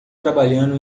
trabalhando